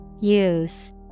Use